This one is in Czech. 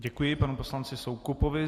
Děkuji panu poslanci Soukupovi.